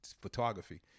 photography